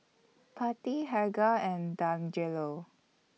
Pattie Helga and Dangelo